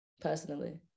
personally